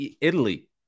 Italy